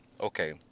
Okay